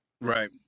Right